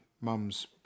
Mum's